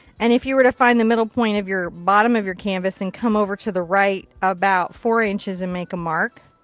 and if you were to find the middle point of your bottom of your canvas and come over to the right about four inches and make a mark.